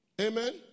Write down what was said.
Amen